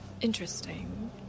Interesting